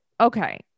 okay